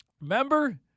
Remember